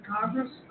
Congress